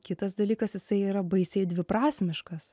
kitas dalykas jisai yra baisiai dviprasmiškas